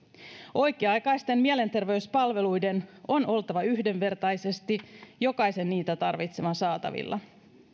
oikea aikaisten mielenterveyspalveluiden on oltava yhdenvertaisesti jokaisen niitä tarvitsevan saatavilla